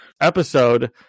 episode